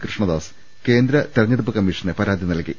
കൃഷ്ണ ദാസ് കേന്ദ്ര തെരഞ്ഞെടുപ്പ് കമ്മീഷന് പരാതി നൽകി